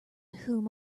whom